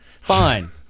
Fine